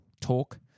talk